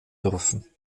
dürfen